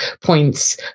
points